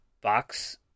box